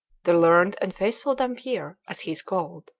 the learned and faithful dampier as he is called,